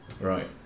Right